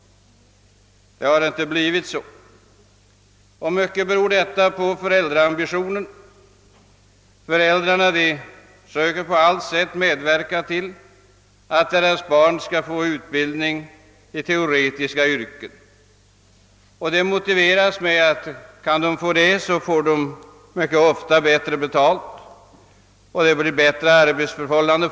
Det har inte blivit så. I mycket beror detta på föräldraambitionen. Föräldrarna söker på allt sätt medverka till att deras barn skall få utbildning i teoretiska yrken. Det motiveras med att barnen, när de kommer ut i förvärvslivet med en sådan utbildning mycket ofta får bättre lön och bättre arbetsförhållanden.